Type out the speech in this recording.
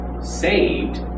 saved